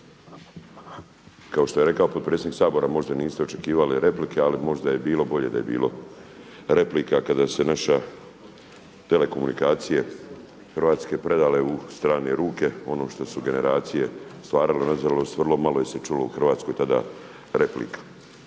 Kao što je rekao potpredsjednik Sabora možda niste očekivali replike, ali možda je bilo bolje da je bilo replika kada se naše telekomunikacije hrvatske predale u strane ruke ono što su generacije stvarale. Na žalost vrlo malo se čulo u Hrvatskoj tada replika.